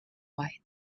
white